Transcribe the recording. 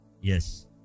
Yes